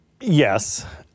Yes